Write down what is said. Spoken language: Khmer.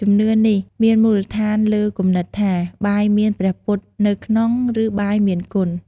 ជំនឿនេះមានមូលដ្ឋានលើគំនិតថា បាយមានព្រះពុទ្ធនៅក្នុង ឬ បាយមានគុណ។